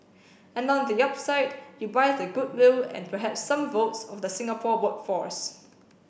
and on the upside you buy the goodwill and perhaps some votes of the Singapore workforce